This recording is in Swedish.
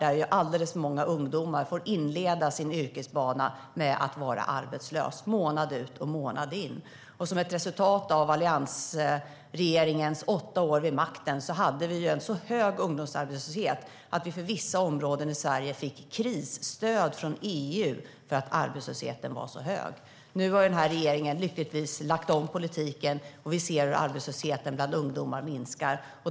Alldeles för många ungdomar får i dag inleda sin yrkesbana med att vara arbetslösa månad ut och månad in. Som ett resultat av alliansregeringens åtta år vid makten hade vi så hög ungdomsarbetslöshet att vi för vissa områden i Sverige fick krisstöd av EU. Regeringen har lyckligtvis lagt om politiken, och vi ser hur arbetslösheten bland ungdomar minskar.